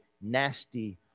nasty